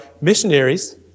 missionaries